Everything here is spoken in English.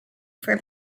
for